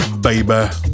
baby